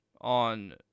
on